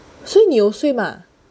so 你有睡吗